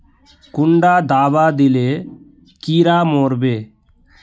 कुंडा दाबा दिले कीड़ा मोर बे?